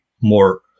more